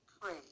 pray